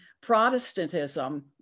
Protestantism